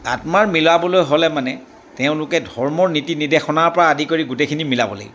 আত্মাৰ মিলাবলৈ হ'লে মানে তেওঁলোকে ধৰ্মৰ নীতি নিৰ্দেশনাৰ পৰা আদি কৰি গোটেইখিনি মিলাব লাগিব